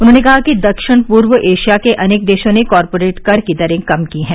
उन्होंने कहा कि दक्षिण पूर्व एशिया के अनेक देशों ने कॉरपोरेट कर की दरे कम की है